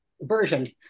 version